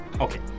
Okay